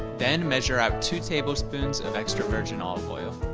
then measure out two tablespoons of extra virgin olive oil.